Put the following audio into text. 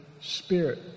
spirit